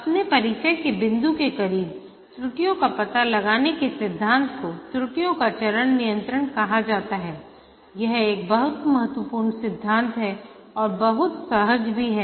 अपने परिचय के बिंदु के करीब त्रुटियों का पता लगाने के सिद्धांत को त्रुटियों का चरण नियंत्रण कहा जाता है यह एक बहुत महत्वपूर्ण सिद्धांत है और बहुत सहज भी है